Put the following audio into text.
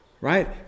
Right